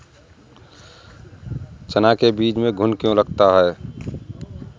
चना के बीज में घुन क्यो लगता है?